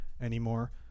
anymore